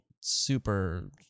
super